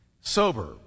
Sober